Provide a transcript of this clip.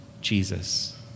Jesus